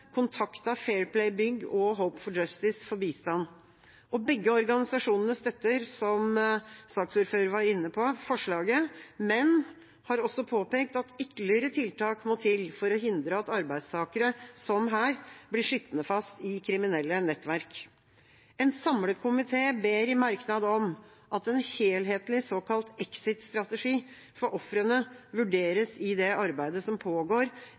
Bygg og Hope for Justice for bistand. Begge organisasjonene støtter forslaget, som saksordføreren var inne på, men har også påpekt at ytterligere tiltak må til for å hindre at arbeidstakere, som her, blir sittende fast i kriminelle nettverk. En samlet komité ber i merknad om at en helhetlig såkalt exit-strategi for ofrene vurderes i det arbeidet som pågår